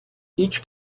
each